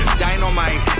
dynamite